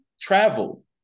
travel